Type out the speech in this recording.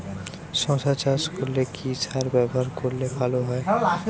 শশা চাষ করলে কি সার ব্যবহার করলে ভালো হয়?